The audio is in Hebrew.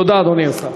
תודה, אדוני השר.